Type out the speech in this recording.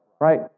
right